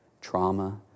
Trauma